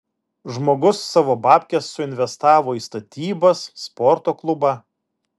žmogus savo babkes suinvestavo į statybas sporto klubą